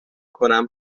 کنم